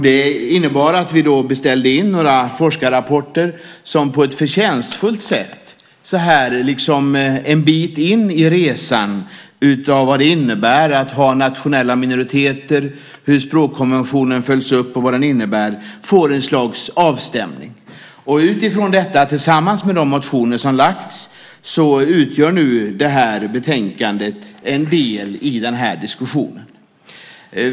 Det gjorde att vi beställde in några forskarrapporter som på ett förtjänstfullt sätt så här liksom en bit in i resan utav vad det innebär att ha nationella minoriteter, hur språkkonventioner följs upp och vad det innebär, gör ett slags avstämning. Utifrån detta tillsammans med de motioner som väckts utgör det här betänkandet en del i den här diskussionen.